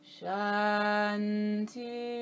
Shanti